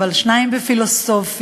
אבל שניים בפילוסופיה.